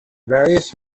various